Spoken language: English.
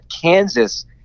Kansas